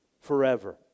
forever